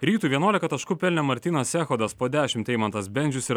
rytui vienuolika taškų pelnė martynas echodas po dešimt eimantas bendžius ir